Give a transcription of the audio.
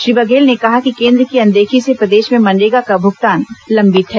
श्री बघेल ने कहा कि केन्द्र की अनदेखी से प्रदेश में मनरेगा का भुगतान लंबित है